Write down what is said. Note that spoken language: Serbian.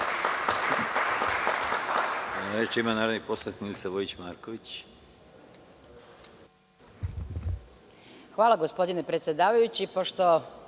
Hvala, gospodine predsedavajući. Pošto